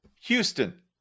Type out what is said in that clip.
Houston